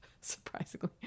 surprisingly